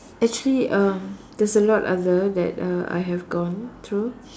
actually uh there's a lot other that uh I have gone through